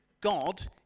God